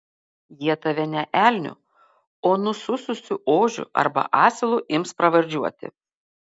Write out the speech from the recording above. jie tave ne elniu o nusususiu ožiu arba asilu ims pravardžiuoti